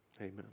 amen